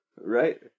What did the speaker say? Right